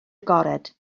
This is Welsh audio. agored